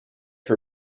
her